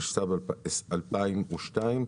התשס"ב-2002,